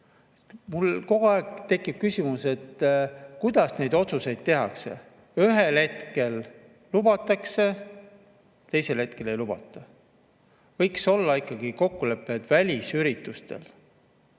Mul kogu aeg tekib küsimus, kuidas neid otsuseid tehakse. Ühel hetkel lubatakse, teisel hetkel ei lubata. Võiks olla ikkagi kokkulepe, et välisüritustele